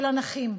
של הנכים,